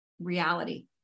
reality